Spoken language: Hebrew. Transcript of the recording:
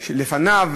לפניו,